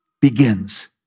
begins